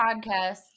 podcast